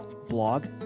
blog